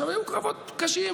היו קרבות קשים,